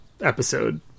episode